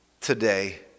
today